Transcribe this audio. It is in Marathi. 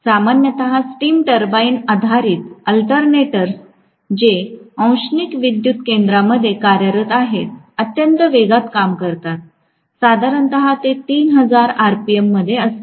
सामान्यत स्टीम टर्बाइन आधारित अल्टरनेटर्स जे औष्णिक विद्युत केंद्रांमध्ये कार्यरत आहेत अत्यंत वेगात काम करतात साधारणत ते 3000 आरपीएम असते